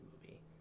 movie